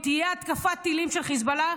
אם תהיה התקפת טילים של חיזבאללה,